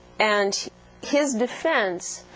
and his defense,